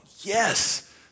yes